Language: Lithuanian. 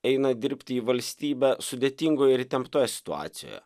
eina dirbti į valstybę sudėtingoje ir įtemptoje situacijoje